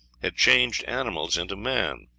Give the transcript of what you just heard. had changed animals into men.